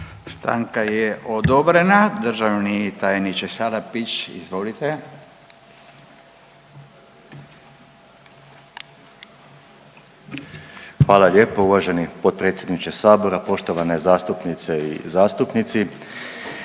Stanka je odobrena, državni tajnik će sada prići, izvolite. **Salapić, Josip (HDSSB)** Hvala lijepo uvaženi potpredsjedniče Sabora, poštovane zastupnice i zastupnici.